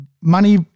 money